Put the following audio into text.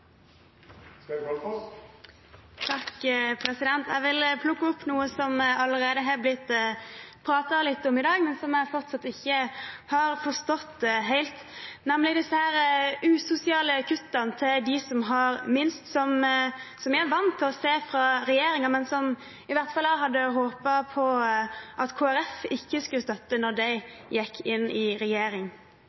Jeg vil plukke opp noe som allerede har blitt omtalt i ettermiddag, men som jeg fortsatt ikke har forstått helt, nemlig de usosiale kuttene for dem som har minst – noe vi er vant til å se fra regjeringen, men som i hvert fall jeg hadde håpet at Kristelig Folkeparti ikke skulle støttet da de gikk inn i regjering.